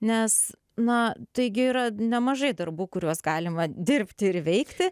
nes na taigi yra nemažai darbų kuriuos galima dirbti ir veikti